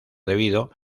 debido